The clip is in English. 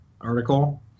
article